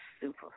super